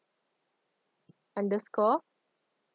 underscore